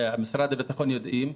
ומשרד הביטחון יודעים,